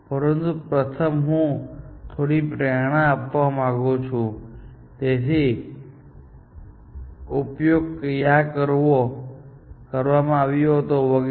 પરંતુ પ્રથમ હું થોડી પ્રેરણા આપવા માંગુ છું કે તેનો ઉપયોગ ક્યાં કરવામાં આવ્યો હતો વગેરે